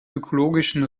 ökologischen